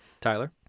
Tyler